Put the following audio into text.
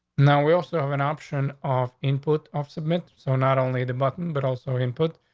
now, we also have an option of input of submit. so not only the button, but also input.